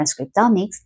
transcriptomics